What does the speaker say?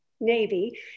Navy